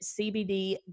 CBD